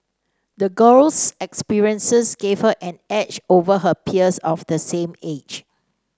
the girl's experiences gave her an edge over her peers of the same age